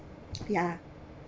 ya